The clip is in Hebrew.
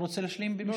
אתה רוצה להשלים במשפט?